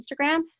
Instagram